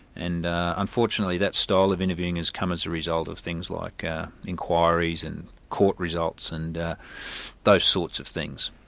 and unfortunately that style of interviewing has come as a result of things like inquiries and court results and those sorts of things.